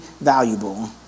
valuable